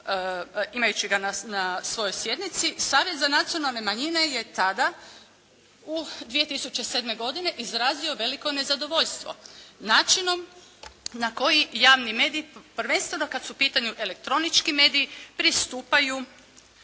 imajući ga na svojoj sjednici Savjet za nacionalne manjine je tada u 2007. godini izrazio veliko nezadovoljstvo načinom na koji javni mediji prvenstveno kad su u pitanju elektronički mediji pristupaju